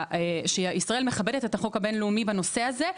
שישראל מכבדת את החוק הבינלאומי בנושא הזה,